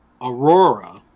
Aurora